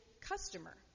customer